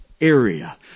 area